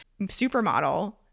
supermodel